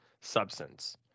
substance